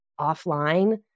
offline